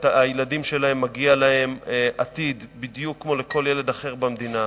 לילדים שלהם מגיע עתיד בדיוק כמו לכל ילד אחר במדינה.